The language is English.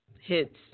hits